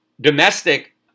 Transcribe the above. domestic